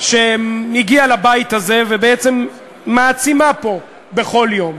שהגיעה לבית הזה ובעצם מעצימה פה בכל יום.